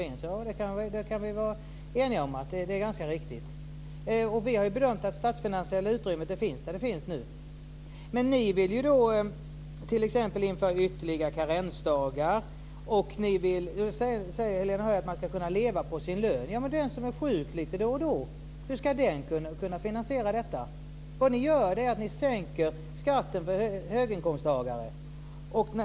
Ja, det kan vi vara eniga om - det är ganska riktigt. Vi har bedömt att det statsfinansiella utrymmet finns där det finns nu. Men ni vill ju t.ex. införa ytterligare karensdagar. Helena Höij säger att man ska kunna leva på sin lön. Ja, men hur ska den som är sjuk då och då kunna finansiera detta? Vad ni gör är att sänka skatten för höginkomsttagare.